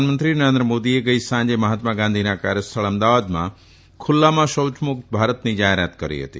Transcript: પ્રધાનમંત્રી નરેન્દ્ર મોદીએ ગઈ સાંજે મહાત્મા ગાંધીના કાર્યસ્થળ અમદાવાદમાં ખુલ્લામાં શૌયમુક્ત ભારતની જાહેરાત કરી હતી